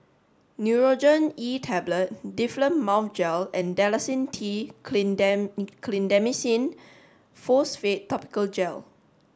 Nurogen E Tablet Difflam Mouth Gel and Dalacin T Clindamycin Phosphate Topical Gel